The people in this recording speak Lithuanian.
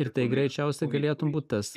ir tai greičiausiai galėtum būti tas